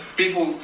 people